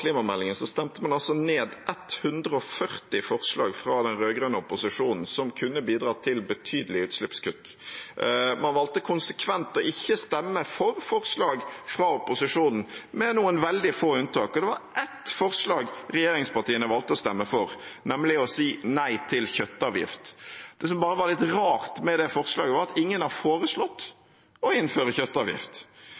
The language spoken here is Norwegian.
klimameldingen, stemte man altså ned 140 forslag fra den rød-grønne opposisjonen som kunne bidratt til betydelige utslippskutt. Man valgte konsekvent å ikke stemme for forslag fra opposisjonen, med noen veldig få unntak. Det var ett forslag regjeringspartiene valgte å stemme for, nemlig å si nei til kjøttavgift. Det som bare var litt rart med det forslaget, var at ingen har foreslått